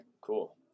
Cool